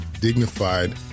dignified